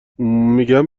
میگم